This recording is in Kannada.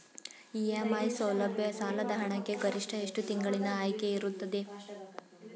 ಇ.ಎಂ.ಐ ಸೌಲಭ್ಯ ಸಾಲದ ಹಣಕ್ಕೆ ಗರಿಷ್ಠ ಎಷ್ಟು ತಿಂಗಳಿನ ಆಯ್ಕೆ ಇರುತ್ತದೆ?